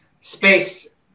space